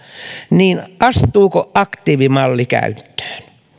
niin astuuko aktiivimalli käyttöön